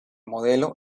modelo